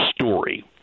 story